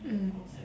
mm